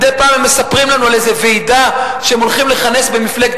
מדי פעם הם מספרים לנו על איזו ועידה שהם הולכים לכנס במפלגת